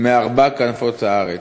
מארבע כנפות הארץ".